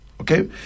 Okay